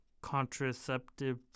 contraceptive